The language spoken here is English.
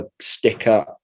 sticker